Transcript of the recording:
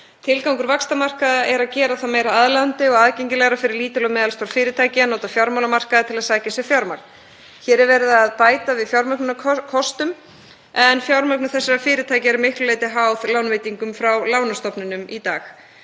Tilgangur vaxtarmarkaða er að gera það meira aðlaðandi og aðgengilegra fyrir lítil og meðalstór fyrirtæki að nota fjármálamarkaði til að sækja sér fjármagn. Hér er verið að bæta við fjármögnunarkostum en fjármögnun þessara fyrirtækja er að miklu leyti háð lánveitingum frá lánastofnunum í dag.